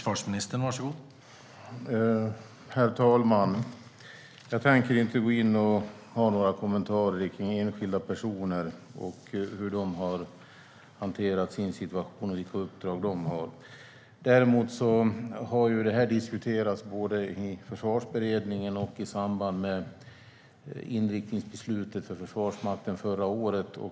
Herr talman! Jag tänker inte göra några kommentarer kring enskilda personer, hur de har hanterat sin situation och vilka uppdrag de har. Detta har diskuterats både i Försvarsberedningen och i samband med inriktningsbeslutet för Försvarsmakten förra året.